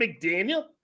McDaniel